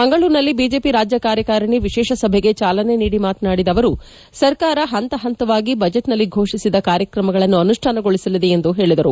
ಮಂಗಳೂರಿನಲ್ಲಿ ಬಿಜೆಪಿ ರಾಜ್ಯ ಕಾರ್ಯಕಾರಿಣಿ ವಿಶೇಷ ಸಭೆಗೆ ಚಾಲನೆ ನೀಡಿ ಮಾತನಾಡಿದ ಅವರು ಸರ್ಕಾರ ಹಂತ ಹಂತವಾಗಿ ಬಜೆಟ್ನಲ್ಲಿ ಫೋಷಿಸಿದ ಕಾರ್ಯಕ್ರಮಗಳನ್ನು ಅನುಷ್ಠಾನಗೊಳಿಸಲಿದೆ ಎಂದು ಹೇಳಿದರು